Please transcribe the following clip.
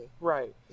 Right